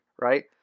right